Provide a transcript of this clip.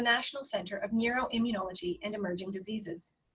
national centre of neuroimmunology and emerging diseases.